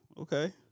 okay